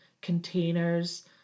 containers